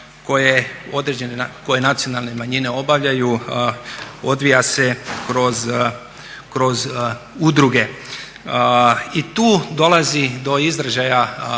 koje nacionalne manjine obavljaju odvija se kroz udruge. I tu dolazi do izražaja